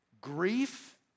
grief